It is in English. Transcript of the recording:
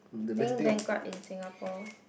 being bankrupt in Singapore